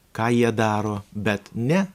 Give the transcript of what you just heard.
ką jie daro bet ne